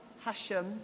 Hashem